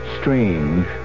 strange